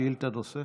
שאילתה נוספת,